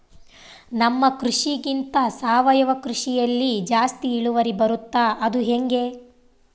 ನಮ್ಮ ಕೃಷಿಗಿಂತ ಸಾವಯವ ಕೃಷಿಯಲ್ಲಿ ಜಾಸ್ತಿ ಇಳುವರಿ ಬರುತ್ತಾ ಅದು ಹೆಂಗೆ?